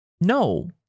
No